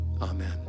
Amen